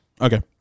Okay